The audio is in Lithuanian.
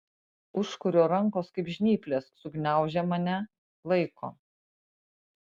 užkurio rankos kaip žnyplės sugniaužė mane laiko